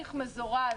בהליך מזורז,